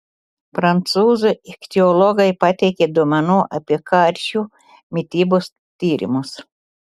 prancūzų ichtiologai pateikė duomenų apie karšių mitybos tyrimus